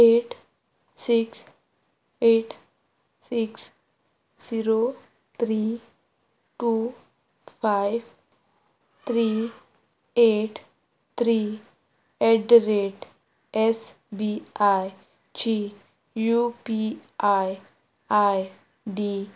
eight six eight six zero three two five three eight three eight the rate S B आयची U P I I D